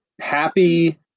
happy